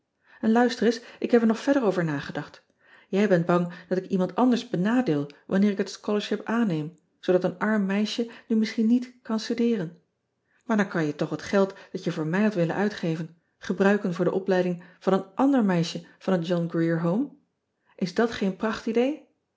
n luister eens k heb er nog verder over nagedacht ij bent bang dat ik iemand anders benadeel wanneer ik het scholarship aanneem zoodat een arm meisje nu misschien niet kan studeeren aar dan kan je toch het geld dat je voor mij had willen uitgeven gebruiken voor de opleiding van een ander meisje van het ohn rier ean ebster adertje angbeen ome s dat geen